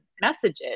messages